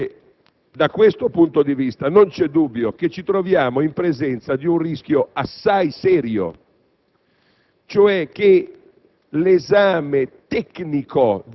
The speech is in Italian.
600 persone. Da questo punto di vista, non c'è dubbio che ci troviamo in presenza del rischio assai serio